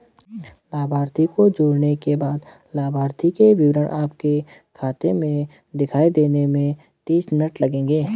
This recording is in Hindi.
लाभार्थी को जोड़ने के बाद लाभार्थी के विवरण आपके खाते में दिखाई देने में तीस मिनट लगेंगे